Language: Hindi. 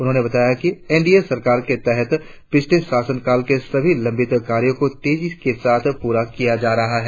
उन्होंने बताया कि एनडीए सरकार के तहत पिछले शासनकाल के सभी लंबित कार्यों को तेजी के साथ पूरा किया जा रहा है